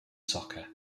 soccer